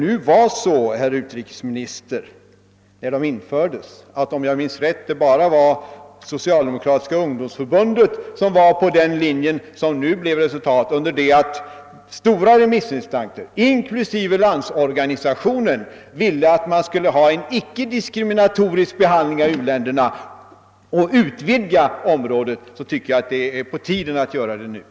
Eftersom vid deras införande, om jag minns rätt, endast det socialdemokratiska ungdomsförbundet var inne på den linje som kom att följas under det att stora remissinstanser, inklusive LO, ville att man skulle ha en icke-diskriminatorisk behandling av u-länderna, anser jag det vara på tiden att nu utvidga området för investeringsgarantierna.